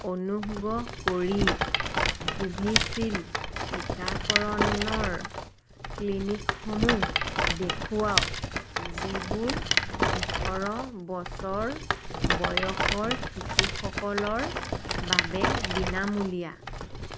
অনুগ্ৰহ কৰি কভিচিল্ড টীকাকৰণৰ ক্লিনিকসমূহ দেখুৱাওক যিবোৰ ওঠৰ বছৰ বয়সৰ শিশুসকলৰ বাবে বিনামূলীয়া